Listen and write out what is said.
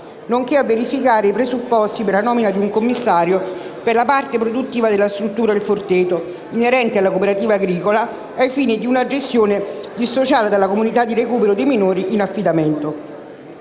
nonché a verificare i presupposti per la nomina di un commissario per la parte produttiva della struttura Il Forteto inerente alla cooperativa agricola, ai fini di una gestione dissociata dalla comunità di recupero dei minori in affidamento.